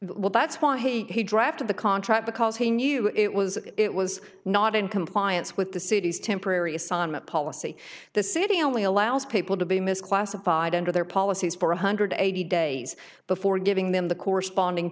while that's why he drafted the contract because he knew it was it was not in compliance with the city's temporary assignment policy the city only allows people to be misclassified under their policies for one hundred eighty days before giving them the corresponding